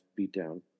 beatdown